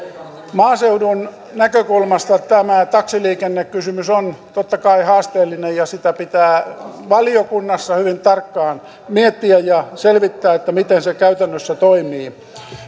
maaseudun näkökulmasta tämä taksiliikennekysymys on totta kai haasteellinen ja sitä pitää valiokunnassa hyvin tarkkaan miettiä ja selvittää miten se käytännössä toimii